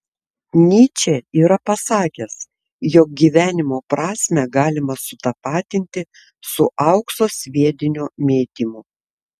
nyčė yra pasakęs jog gyvenimo prasmę galima sutapatinti su aukso sviedinio mėtymu